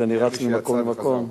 זה אני רץ ממקום למקום.